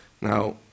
Now